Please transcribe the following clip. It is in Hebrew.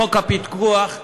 חוק הפיקוח,